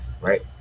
right